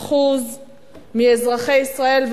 מ-60% מאזרחי ישראל,